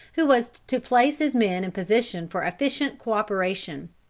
who was to place his men in position for efficient cooperation.